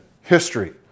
history